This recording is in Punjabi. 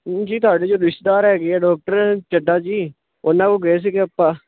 ਜੀ ਤੁਹਾਡੇ ਜੋ ਰਿਸ਼ਤੇਦਾਰ ਹੈਗੇ ਹੈ ਡੋਕਟਰ ਚੱਡਾ ਜੀ ਉਨ੍ਹਾਂ ਕੋਲ ਗਏ ਸੀਗੇ ਆਪਾਂ